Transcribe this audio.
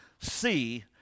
see